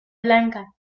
blanca